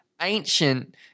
ancient